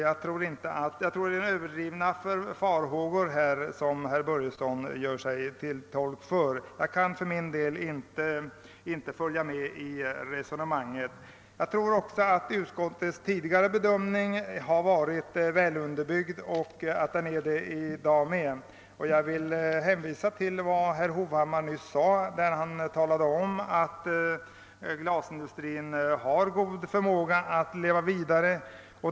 Jag utgår från att de farhågor som herr Börjesson gör sig till talesman för är överdrivna. Jag kan inte följa honom i hans resonemang. Utskottets bedömning har tidigare varit väl underbyggd och är det också denna gång. Jag vill hänvisa till att herr Hovhammar nyss talade om att glasindustrin har goda förutsättningar att leva vidare.